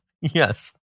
Yes